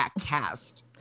cast